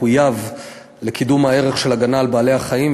מחויב לקידום הערך של הגנה על בעלי-חיים,